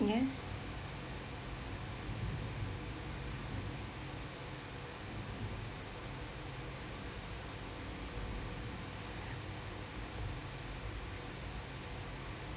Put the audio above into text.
yes